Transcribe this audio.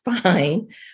fine